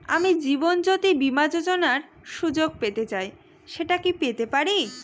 আমি জীবনয্যোতি বীমা যোযোনার সুযোগ পেতে চাই সেটা কি পেতে পারি?